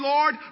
Lord